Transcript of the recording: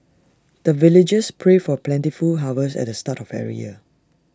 the villagers pray for plentiful harvest at the start of every year